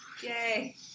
Yay